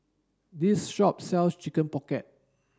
this shop sells chicken pocket